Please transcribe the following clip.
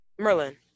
Merlin